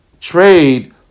trade